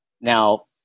Now